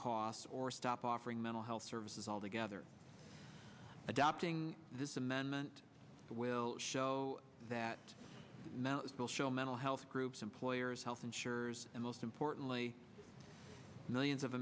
cost or stop offering mental health services altogether adopting this amendment will show that most will show mental health groups employer's health insurers and most importantly millions of